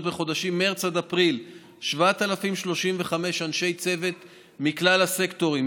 בחודשים מרץ עד אפריל 7,035 אנשי צוות מכלל הסקטורים,